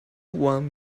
want